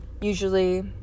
Usually